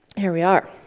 here we are.